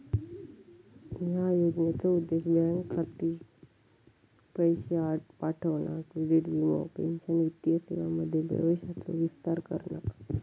ह्या योजनेचो उद्देश बँक खाती, पैशे पाठवणा, क्रेडिट, वीमो, पेंशन वित्तीय सेवांमध्ये प्रवेशाचो विस्तार करणा